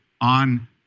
On